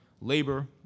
labor